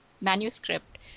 manuscript